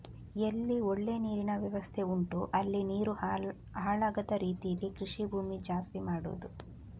ಎಲ್ಲಿ ಒಳ್ಳೆ ನೀರಿನ ವ್ಯವಸ್ಥೆ ಉಂಟೋ ಅಲ್ಲಿ ನೀರು ಹಾಳಾಗದ ರೀತೀಲಿ ಕೃಷಿ ಭೂಮಿ ಜಾಸ್ತಿ ಮಾಡುದು